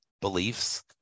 beliefs